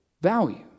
value